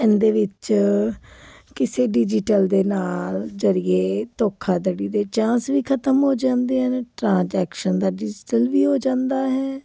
ਇਹਦੇ ਵਿੱਚ ਕਿਸੇ ਡਿਜੀਟਲ ਦੇ ਨਾਲ ਜ਼ਰੀਏ ਧੋਖਾਧੜੀ ਦੇ ਚਾਂਸ ਵੀ ਖਤਮ ਹੋ ਜਾਂਦੇ ਆ ਟਰਾਂਜੈਕਸ਼ਨ ਦਾ ਡਿਜੀਟਲ ਵੀ ਹੋ ਜਾਂਦਾ ਹੈ